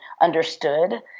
understood